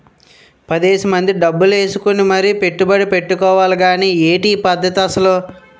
పదేసి మంది డబ్బులు ఏసుకుని మరీ పెట్టుబడి ఎట్టుకోవాలి గానీ ఏటి ఈ పద్దతి అసలు?